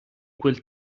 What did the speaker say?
quel